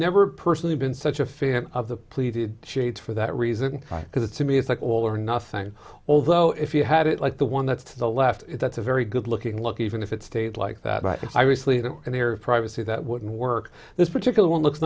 never personally been such a fan of the pleated shade for that reason because it's to me it's like all or nothing although if you had it like the one that's to the left that's a very good looking look even if it stays like that but i was sleeping in their privacy that wouldn't work this particular one looks